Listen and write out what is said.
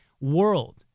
world